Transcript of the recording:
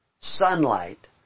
sunlight